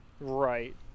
Right